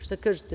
Šta kažete?